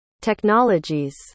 technologies